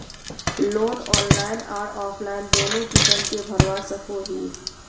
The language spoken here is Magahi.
लोन ऑनलाइन आर ऑफलाइन दोनों किसम के भरवा सकोहो ही?